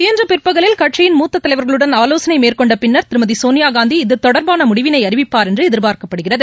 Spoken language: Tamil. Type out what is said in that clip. இன்று பிற்பகலில் கட்சியின் மூத்த தலைவர்களுடன் ஆலோசனை மேற்கொண்ட பின்னர் திருமதி சோனியாகாந்தி இது தொடர்பான முடிவினை அறிவிப்பார் என்று எதிர்பார்க்கப்படுகிறது